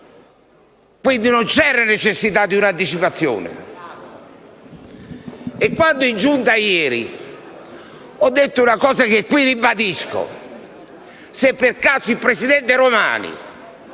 Quindi, non c'era la necessità di un'anticipazione. In Giunta ieri ho detto una cosa che qui ribadisco: se per caso il presidente Paolo